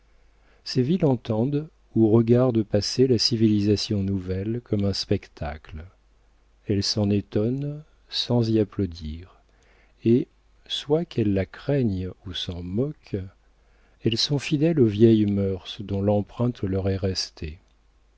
ces villes entendent ou regardent passer la civilisation nouvelle comme un spectacle elles s'en étonnent sans y applaudir et soit qu'elles la craignent ou s'en moquent elles sont fidèles aux vieilles mœurs dont l'empreinte leur est restée